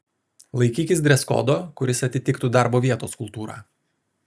laikykis dreskodo kuris atitiktų darbo vietos kultūrą